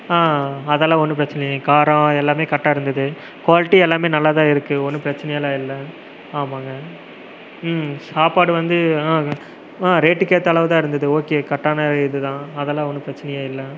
ஆ அதெல்லாம் ஒன்றும் பிரச்சினையில்ல காரம் எல்லாமே கரெக்ட்டாக இருந்தது குவாலிட்டி எல்லாமே நல்லாத்தான் இருக்குது ஒன்றும் பிரச்சினையல்லாம் இல்லை ஆமாங்க சாப்பாடு வந்து ரேட்டுக்கேற்றளவு தான் இருந்தது ஓகே கரெக்ட்டான இது தான் அதெல்லாம் ஒன்றும் பிரச்சினையே இல்லை